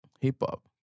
hip-hop